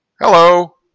Hello